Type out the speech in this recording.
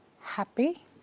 happy